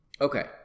Okay